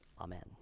amen